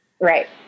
right